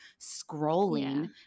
scrolling